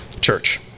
Church